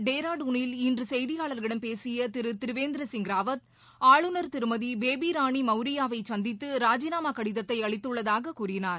டேராடுனில் இன்று செய்தியாளர்களிடம் பேசிய இந்நிலையில் திரு திரிவேந்திர சிங் ராவத் ஆளுநர் திருமதி பேபி ராணி மவரியாவைச் சந்தித்து ராஜினாமா கடிதத்தை அளித்துள்ளதாகக் கூறினார்